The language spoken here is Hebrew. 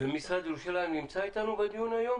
משרד ירושלים נמצא איתנו בדיון היום?